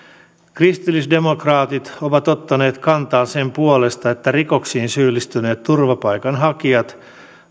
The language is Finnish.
kristillisdemokraatit ovat ottaneet kantaa sen puolesta että rikoksiin syyllistyneet turvapaikanhakijat